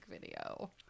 video